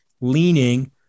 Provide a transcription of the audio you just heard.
leaning